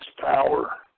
power